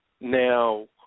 Now